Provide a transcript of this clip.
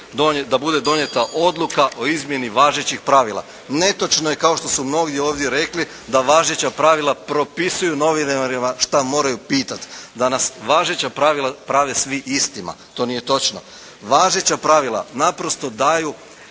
da bude donijeta odluka o izmjeni važećih pravila. Netočno je kao što su mnogi ovdje rekli da važeća pravila propisuju novinarima šta moraju pitati, da nas važeća pravila prave svi istima. To nije točno. Važeća pravila naprosto daju